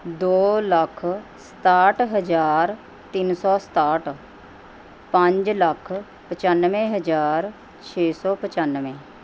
ਦੋ ਲੱਖ ਸਤਾਹਠ ਹਜ਼ਾਰ ਤਿੰਨ ਸੌ ਸਤਾਹਠ ਪੰਜ ਲੱਖ ਪਚਾਨਵੇਂ ਹਜ਼ਾਰ ਛੇ ਸੌ ਪਚਾਨਵੇਂ